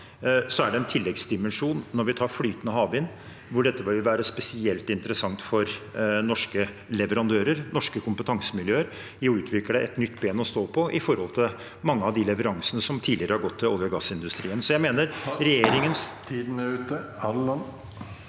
er det en tilleggsdimensjon ved flytende havvind: at det vil være spesielt interessant for norske leverandører og norske kompetansemiljøer for å utvikle et nytt bein å stå på, i forhold til mange av de leveransene som tidligere har gått til olje- og gassindustrien.